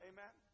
Amen